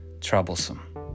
troublesome